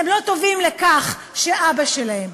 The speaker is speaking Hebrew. הם לא טובים לכך שאבא שלהם,